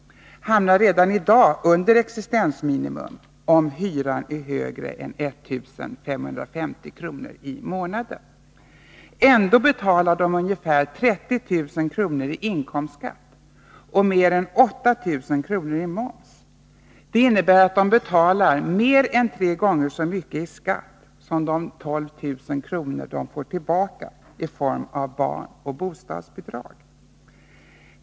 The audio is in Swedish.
— hamnar redan i dag under existensminimum om hyran är högre än 1 550 kr. i månaden. Ändå betalar de ca 30 000 kr. i inkomstskatt och mer än 8 000 kr. i moms. Det innebär att de betalar mer än tre gånger så mycket som de ca 12 000 kr. de får tillbaka i form av barnoch bostadsbidrag.